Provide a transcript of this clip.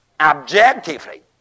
objectively